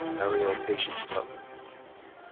marial patience butler.